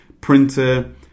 Printer